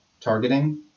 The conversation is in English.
targeting